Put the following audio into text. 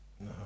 no